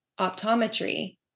optometry